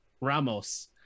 Ramos